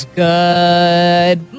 good